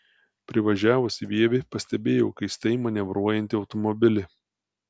privažiavusi vievį pastebėjau keistai manevruojantį automobilį